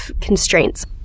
constraints